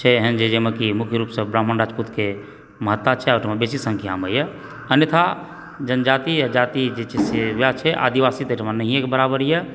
छै एहन जाहिमे मुख्य रूपसंँ ब्राह्मण राजपूतके महत्ता छै ओहिठमा बेसी संख्यामे यऽ अन्यथा जनजाति या जाति जे छै से ओएह छै आदिवासी तऽ एहिठमा नहिएके बराबर पर यऽ